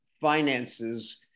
finances